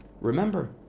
Remember